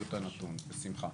את הנתון בשמחה.